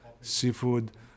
seafood